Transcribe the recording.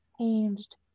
changed